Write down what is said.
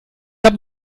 habe